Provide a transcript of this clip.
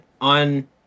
on